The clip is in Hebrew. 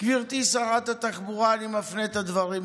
גברתי שרת התחבורה, אני מפנה את הדברים אלייך.